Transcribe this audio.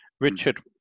Richard